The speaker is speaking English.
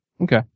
Okay